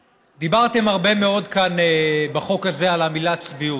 דיברתם הרבה מאוד כאן בחוק הזה על המילה "צביעות".